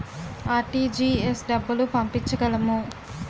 RTGS డబ్బులు పంపించగలము?